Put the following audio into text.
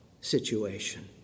situation